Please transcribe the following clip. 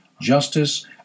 justice